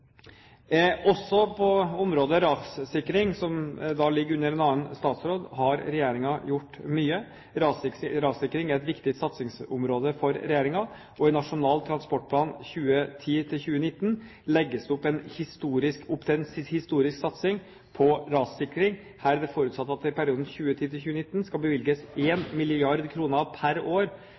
Også på området rassikring, et område som ligger under en annen statsråd, har regjeringen gjort mye. Rassikring er et viktig satsingsområde for regjeringen, og i Nasjonal transportplan 2010–2019 legges det opp til en historisk satsing på rassikring. Her er det forutsatt at det i perioden 2010–2019 skal bevilges 1 mrd. kr per år